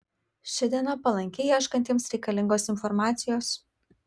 ši diena palanki ieškantiems reikalingos informacijos